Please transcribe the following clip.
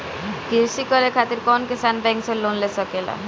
कृषी करे खातिर कउन किसान बैंक से लोन ले सकेला?